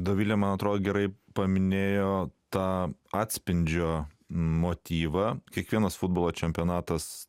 dovilė man atrodo gerai paminėjo tą atspindžio motyvą kiekvienas futbolo čempionatas